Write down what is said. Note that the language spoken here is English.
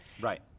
right